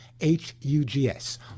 H-U-G-S